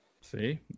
See